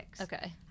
Okay